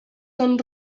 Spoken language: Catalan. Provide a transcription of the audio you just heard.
són